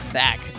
back